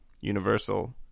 universal